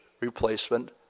replacement